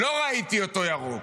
לא ראיתי אותו ירוק,